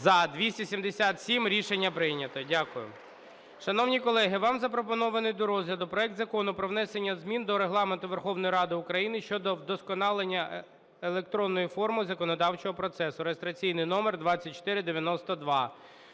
За-277 Рішення прийнято. Дякую. Шановні колеги, вам запропонований до розгляду проект Закону про внесення змін до Регламенту Верховної Ради України щодо вдосконалення електронної форми законодавчого процесу (реєстраційний номер 2492).